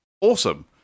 Awesome